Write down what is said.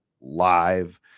live